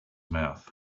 mouth